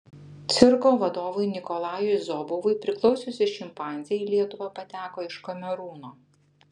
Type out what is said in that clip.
cirko vadovui nikolajui zobovui priklausiusi šimpanzė į lietuvą pateko iš kamerūno